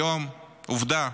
כיום, עובדה,